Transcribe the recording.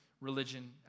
religion